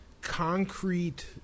concrete